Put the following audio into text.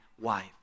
wife